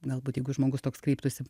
galbūt jeigu žmogus toks kreiptųsi